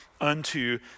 unto